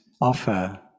offer